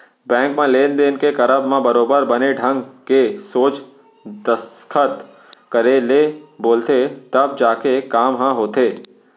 bank म लेन देन के करब म बरोबर बने ढंग के सोझ दस्खत करे ले बोलथे तब जाके काम ह होथे